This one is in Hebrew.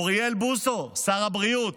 אוריאל בוסו, שר הבריאות,